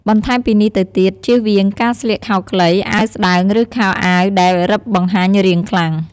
បន្ថែមពីនេះទៅទៀតជៀសវៀងការស្លៀកខោខ្លី អាវស្តើង ឬខោអាវដែលរឹបបង្ហាញរាងខ្លាំង។